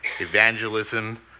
evangelism